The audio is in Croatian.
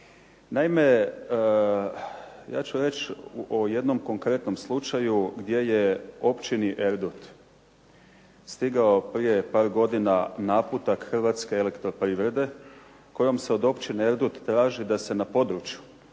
Naime ja ću reći o jednom konkretnom slučaju gdje je Općini Erdut stigao prije par godina naputak Hrvatske elektroprivrede kojom se od Općine Erdut traži da se na području